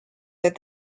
that